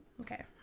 Okay